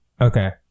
okay